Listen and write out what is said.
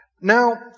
Now